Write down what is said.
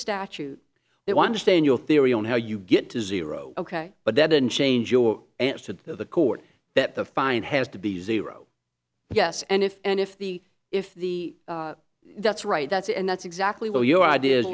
statute they want to stay in your theory on how you get to zero ok but that doesn't change your answer to the court that the fine has to be zero yes and if and if the if the that's right that's it and that's exactly what your idea